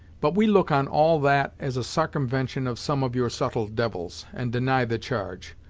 but we look on all that as a sarcumvention of some of your subtle devils, and deny the charge.